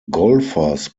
golfers